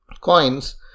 coins